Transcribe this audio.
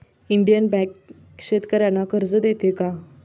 Indian bank शेतकर्यांना कर्ज देते का?